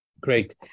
Great